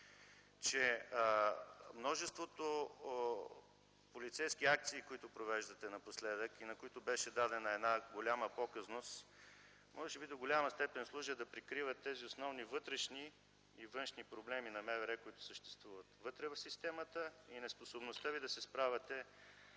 че множеството полицейски акции, които провеждате напоследък, и на които беше дадена една голяма показност, може би до голяма степен служи да прикрива тези основни вътрешни и външни проблеми на МВР, които съществуват вътре в системата, и неспособността ви да се справяте